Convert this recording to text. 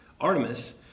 Artemis